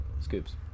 scoops